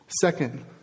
Second